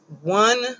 one